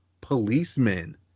policemen